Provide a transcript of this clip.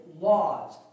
laws